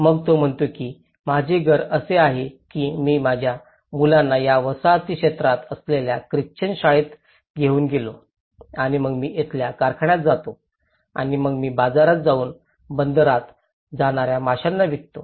मग तो म्हणतो की माझे घर असे आहे की मी माझ्या मुलांना या वसाहती क्षेत्रात असलेल्या ख्रिश्चन शाळेत घेऊन गेलो आणि मग मी इथल्या कारखान्यात जातो आणि मग मी बाजारात जाऊन बंदरात जाणाऱ्या माशांना विकतो